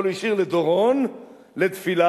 אבל הוא השאיר לדורון, לתפילה